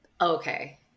okay